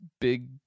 Big